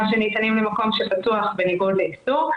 שניתנים למקום שפתוח בניגוד לאיסור,